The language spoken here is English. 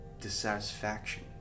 dissatisfaction